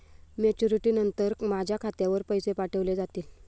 Maturity नंतर माझ्या खात्यावर पैसे पाठविले जातील?